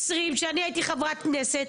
מתי אני?